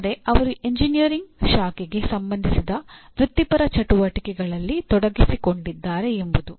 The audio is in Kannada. ಅಂದರೆ ಅವರು ಎಂಜಿನಿಯರಿಂಗ್ ಶಾಖೆಗೆ ಸಂಬಂಧಿಸಿದ ವೃತ್ತಿಪರ ಚಟುವಟಿಕೆಗಳಲ್ಲಿ ತೊಡಗಿಸಿಕೊಂಡಿದ್ದಾರೆ ಎಂಬುವುದು